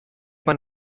man